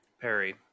Perry